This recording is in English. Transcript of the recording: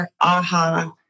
aha